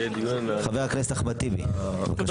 חבר הכנסת אחמד טיבי, בבקשה.